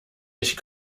ich